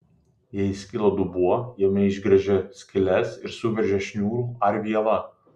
jei įskyla dubuo jame išgręžia skyles ir suveržia šniūru ar viela